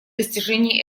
достижении